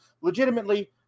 legitimately